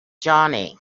johnny